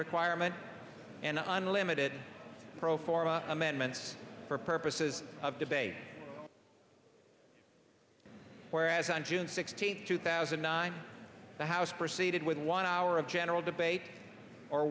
requirement and unlimited pro forma amendment for purposes of debate whereas on june sixteenth two thousand and nine the house proceeded with one hour of general debate or